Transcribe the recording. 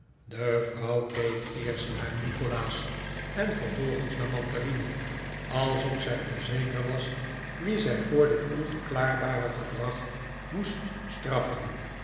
de vrouw keek eerst naar nikolaas en vervolgens naar mantalini alsof zij onzeker was wien zij voor dit onverklaarbare gedrag moest straff